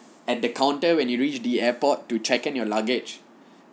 at the counter when you reach the airport to check in your luggage